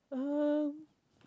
um